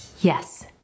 Yes